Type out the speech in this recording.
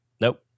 Nope